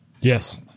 Yes